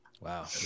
Wow